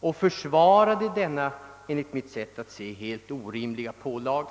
och försvarade denna enligt mitt sätt att se helt orimliga pålaga.